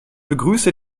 begrüße